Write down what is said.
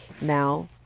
Now